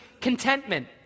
contentment